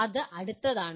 അത് അടുത്തതാണ്